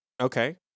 Okay